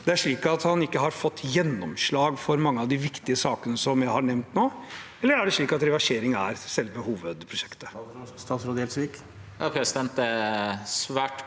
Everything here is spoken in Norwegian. det er slik at han ikke har fått gjennomslag for mange av de viktige sakene som jeg har nevnt nå. Eller er det slik at reversering er selve hovedprosjektet?